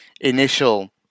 initial